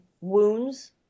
wounds